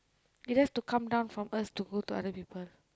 it has to come down from us to go to other people